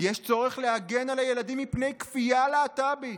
יש צורך להגן על הילדים מפני כפייה להט"בית.